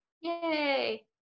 Yay